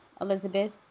Elizabeth